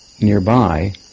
nearby